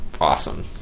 awesome